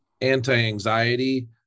anti-anxiety